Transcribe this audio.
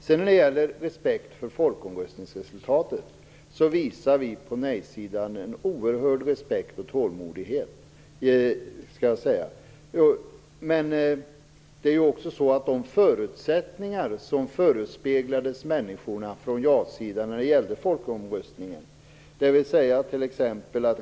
När det sedan gäller respekt för folkomröstningsresultatet visar vi på nej-sidan en oerhörd respekt och tålmodighet, men de förutsättningar som ja-sidan förespeglade människorna före folkomröstningen har faktiskt rubbats.